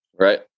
right